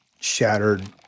shattered